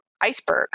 iceberg